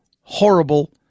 horrible